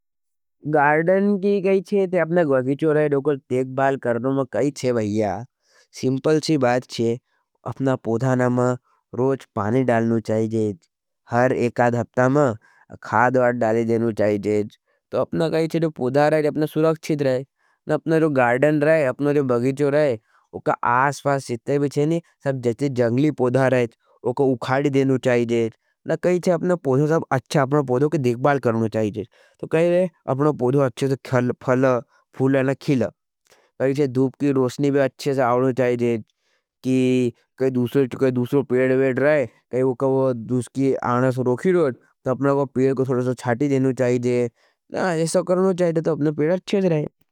गार्डन की कैचे हज ते अपना बगीचो रहे रोको देखबाल करनो मा कैचे भाईया। सिंपल सी बात चे अपना पोधानमा रोज पानी डालनु चाहिएज। हर एकाद हफ्ता मा खादवाट डालेजेनु चाहिएज। तो आपना कही चेर बोदा रहे हज तो आपना सुराक्षित रहे हज। न अपना जो garden रहे हज आपना जो बगवीचो रहे हज। वोका आसबास सित्वे भी हज नी साब जति जंगली पोधा रहे हज। वोका उखाड़ि देनो चाहिए हज ना कहीं शे, अपना पोधो शाव अच्छा आपना पोधो के देखबाल करनी चाहिज़ी तो कहीं रे। अपना प्वधो अच्छा ता खल ऽच, फुला चिल कहीं शे, धूप के रौषनी भी अच्छा आवनी चाहिज़ी कई दूसरो पेड़ वेड रहे काई वो कवा दूसरो की आनस रोखी रहे। तो अपना को पेड़ को सोड़सा छाटी देनो चाहिए ना एसा करनो चाहिए तो तो अपने पेड़ अच्छेज रहे।